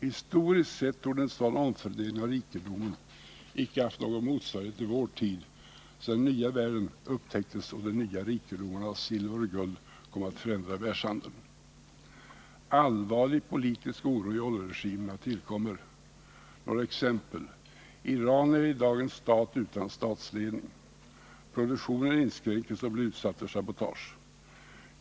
Historiskt sett torde en sådan omfördelning av rikedomar icke ha haft någon motsvarighet i vår tid sedan den nya världen upptäcktes och de nya rikedomarna av silver och guld kom att förändra världshandeln. Allvarlig politisk oro i oljeregimerna tillkommer — några exempel: Iran är i dag en stat utan statsledning. Produktionen inskränkes eller blir utsatt för sabotage.